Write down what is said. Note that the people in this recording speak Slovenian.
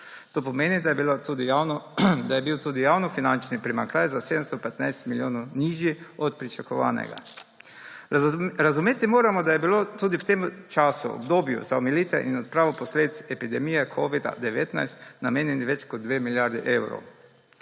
To pomeni, da je bil tudi javnofinančni primanjkljaj za 715 milijonov nižji od pričakovanega. Razumeti moramo, da je bilo tudi v tem času, obdobju za omilitev in odpravo posledic epidemije covida-19, namenjenih več kot 2 milijardi evrov.